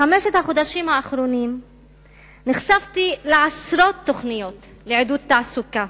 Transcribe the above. בחמשת החודשים האחרונים נחשפתי לעשרות תוכניות לעידוד תעסוקה